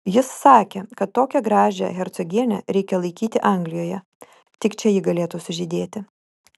jis sakė kad tokią gražią hercogienę reikia laikyti anglijoje tik čia ji galėtų sužydėti